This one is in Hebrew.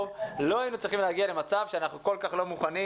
אבל לא היינו צריכים להגיע למצב שאנחנו כל כך לא מוכנים.